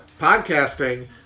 podcasting